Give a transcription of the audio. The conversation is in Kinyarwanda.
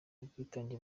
ubwitange